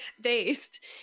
based